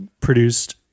produced